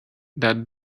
that